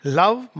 love